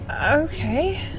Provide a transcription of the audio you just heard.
Okay